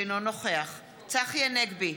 אינו נוכח צחי הנגבי,